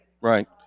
Right